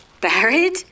Buried